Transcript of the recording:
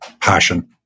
passion